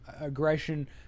aggression